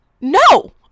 no